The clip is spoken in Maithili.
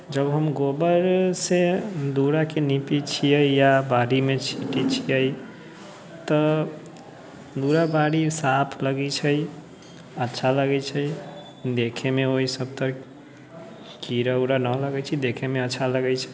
जब हम गोबरसँ दूराके निपै छियै या बाड़ीमे छिटै छियै तऽ दूरा बाड़ि साफ लगै छै अच्छा लगै छै देखैमे ओहि सबतर कीड़ा उड़ा नहि लगै छै देखैमे अच्छा लगै छै